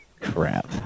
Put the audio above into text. Crap